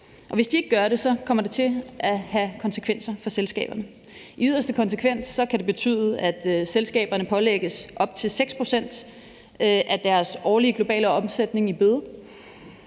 hvis de ikke gør det, kommer det til at have konsekvenser for selskaberne. I yderste konsekvens kan det betyde, at selskaberne pålægges op til 6 pct. af deres årlige globale omsætning i bøde.